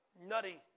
nutty